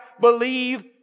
believe